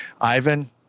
Ivan